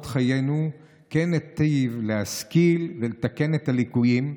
חיינו כן ניטיב להשכיל ולתקן את הליקויים.